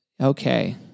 Okay